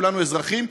כולנו אזרחים,